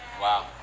Wow